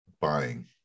buying